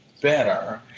Better